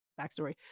backstory